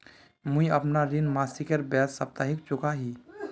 मुईअपना ऋण मासिकेर बजाय साप्ताहिक चुका ही